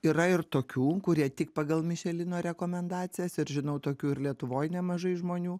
yra ir tokių kurie tik pagal mišelino rekomendacijas ir žinau tokių ir lietuvoj nemažai žmonių